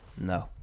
No